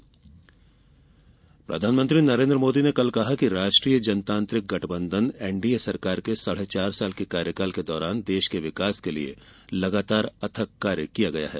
मोदी प्रधानमंत्री नरेन्द्र मोदी ने कल कहा कि राष्ट्रीय जनतांत्रिक गठबंधन एनडीए सरकार के साढ़े चार साल के कार्यकाल के दौरान देश के विकास के लिए लगातार अथक कार्य किया गया है